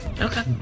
Okay